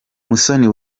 musoni